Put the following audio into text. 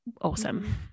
awesome